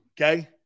Okay